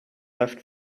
left